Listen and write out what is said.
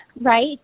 right